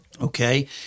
okay